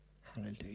Hallelujah